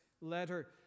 letter